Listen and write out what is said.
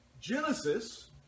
Genesis